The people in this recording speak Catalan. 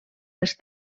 els